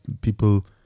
People